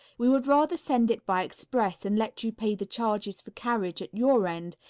we would rather send it by express and let you pay the charges for carriage at your end,